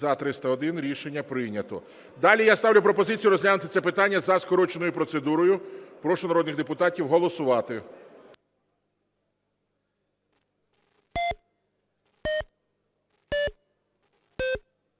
За-301 Рішення прийнято. Далі я ставлю пропозицію розглянути це питання за скороченою процедурою. Прошу народних депутатів голосувати.